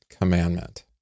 commandment